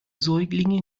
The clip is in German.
säuglinge